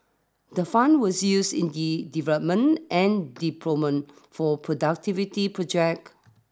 the fund were used in the development and deployment for productivity project